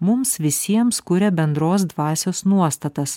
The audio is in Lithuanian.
mums visiems kuria bendros dvasios nuostatas